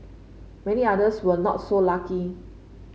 many others will not so lucky